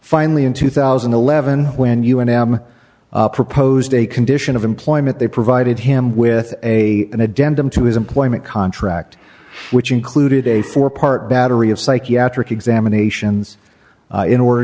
finally in two thousand and eleven when you and am proposed a condition of employment they provided him with a an addendum to his employment contract which included a four part battery of psychiatric examination in order